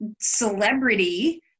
celebrity